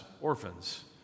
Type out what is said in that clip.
orphans